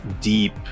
deep